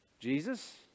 Jesus